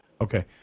Okay